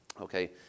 Okay